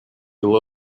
will